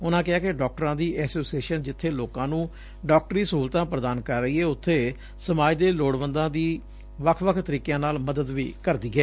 ਉਨਾਂ ਕਿਹਾ ਕਿ ਡਾਕਟਰਾਂ ਦੀ ਐਸੋਸੀਏਸ਼ਨ ਜਿੱਬੇ ਲੋਕਾਂ ਨੂੰ ਡਾਕਟਰੀ ਸਹੁਲਤਾਂ ਪ੍ਰਦਾਨ ਕਰ ਰਹੀ ਏ ਉਬੇ ਸਮਾਜ ਦੇ ਲੋੜਵੰਦਾਂ ਦੀ ਵੱਖ ਵੱਖ ਤਰੀਕਿਆਂ ਨਾਲ ਮਦਦ ਵੀ ਕਰਦੀ ਏ